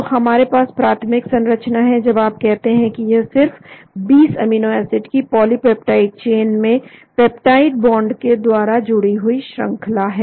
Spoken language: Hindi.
तो हमारे पास प्राथमिक संरचना है जब आप कहते हैं यह सिर्फ 20 अमीनो एसिड की पॉलिपेप्टाइड चेन में पेप्टाइड बॉन्ड के द्वारा जुड़ी हुई श्रंखला है